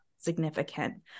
significant